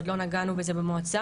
עוד לא נגענו בזה במועצה.